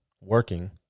working